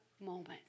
moments